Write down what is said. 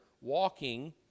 walking